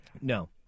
No